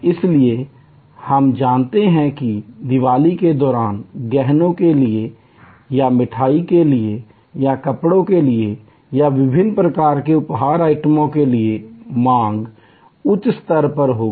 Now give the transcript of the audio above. इसलिए हम जानते हैं कि दिवाली के दौरान गहने के लिए या मिठाई के लिए या कपड़ों के लिए या विभिन्न प्रकार के उपहार आइटम के लिए मांग उच्च स्तर पर होगा